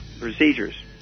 procedures